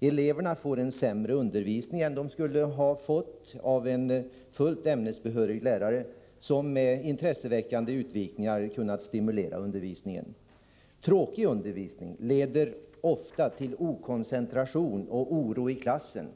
Eleverna får en sämre undervisning än de skulle ha fått av en fullt ämnesbehörig lärare, som med intresseväckande utvikningar kunnat stimulera undervisningen. Tråkig undervisning leder ofta till okoncentration och oro i klassen.